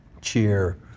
cheer